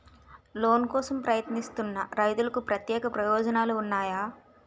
Loan కోసం ప్రయత్నిస్తున్న రైతులకు ప్రత్యేక ప్రయోజనాలు ఉన్నాయా?